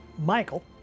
Michael